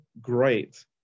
great